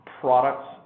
products